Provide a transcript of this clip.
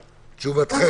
תשובתכם.